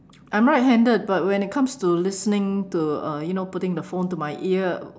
I'm right handed but when it comes to listening to uh you know putting the phone to my ear